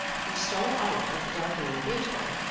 who stole out of the darkening gateway,